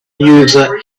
user